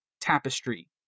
tapestry